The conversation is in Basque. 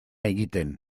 egiten